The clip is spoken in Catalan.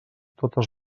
totes